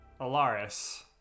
Alaris